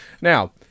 Now